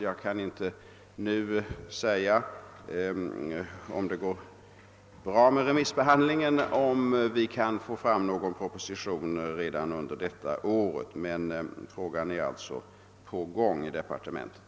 Jag kan inte nu säga hur remissbehandlingen utfaller och om vi kan få fram någon proposition redan under detta år, men frågan är alltså på gång i departementet.